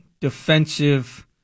defensive